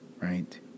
Right